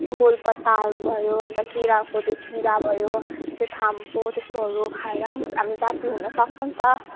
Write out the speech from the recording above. गोलपत्ताहरू भयो अन्त केराको त्यो किरा भयो त्यो थामको त्यस्तोहरू खाएर पनि हामी जाती हुन सक्छ नि त